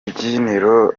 rubyiniro